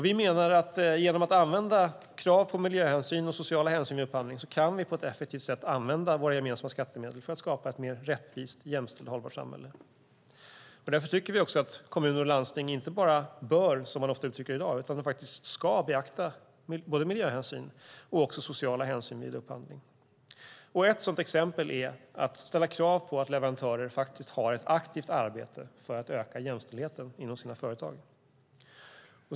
Vi menar att vi genom att använda krav på miljöhänsyn och sociala hänsyn vid upphandling på ett effektivt sätt kan använda våra gemensamma skattemedel för att skapa ett mer rättvist, jämställt och hållbart samhälle. Därför tycker vi att kommuner och landsting inte bara bör, som man ofta uttrycker det i dag, utan faktiskt ska beakta både miljöhänsyn och sociala hänsyn vid upphandling. Ett sådant exempel är att man ställer krav på att leverantörer har ett aktivt arbete för att öka jämställdheten inom sina företag.